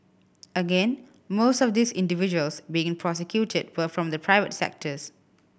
again most of these individuals being prosecuted were from the private sectors